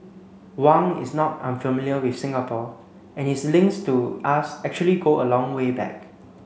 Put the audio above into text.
Wang is not unfamiliar with Singapore and his links to us actually go a long way back